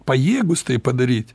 pajėgūs tai padaryt